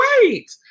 wait